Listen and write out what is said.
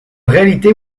réalité